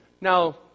Now